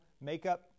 makeup